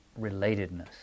relatedness